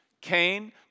Cain